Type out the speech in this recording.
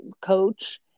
coach